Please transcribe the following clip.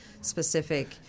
specific